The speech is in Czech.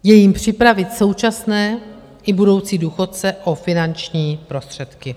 Je jím připravit současné i budoucí důchodce o finanční prostředky.